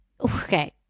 okay